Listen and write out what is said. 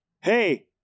hey